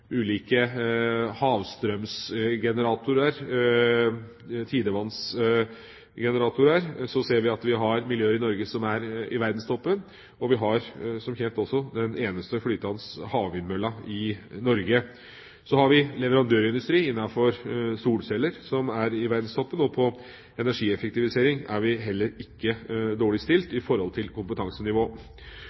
ulike havstrømsgeneratorer/tidevannsgeneratorer. Her har vi miljøer i Norge som er i verdenstoppen, og vi har som kjent også den eneste flytende havvindmølla i Norge. Så har vi leverandørindustri innenfor solceller, som er i verdenstoppen, og på energieffektivisering er vi heller ikke dårlig stilt med tanke på kompetansenivå.